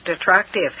attractive